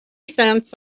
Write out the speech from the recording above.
cents